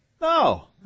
No